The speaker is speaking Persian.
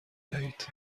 دهید